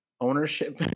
ownership